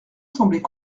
semblait